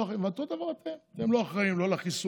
ואותו דבר אתם: אתם לא אחראים לא לחיסולים,